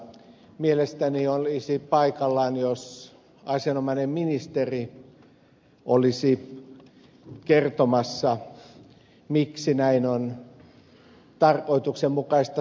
mielestäni olisi paikallaan jos asianomainen ministeri olisi kertomassa miksi näin on tarkoituksenmukaista tehdä